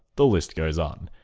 the list goes on.